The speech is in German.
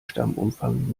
stammumfang